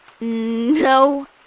no